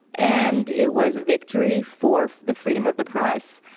and it was a victory for the freedom of the press.